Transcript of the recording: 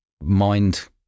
mind